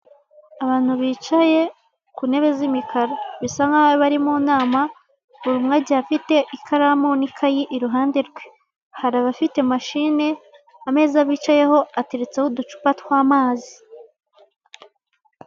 Abantu bicaye ku ntebe z'imikara bisa nk'aho bari mu nama buri umwe agiye afite ikaramu n'ikaye iruhande rwe hari abafite mashine ameza bicayeho ateretseho uducupa tw'amazi.